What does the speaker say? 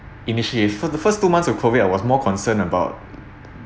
initially for the first two months of COVID I was more concerned about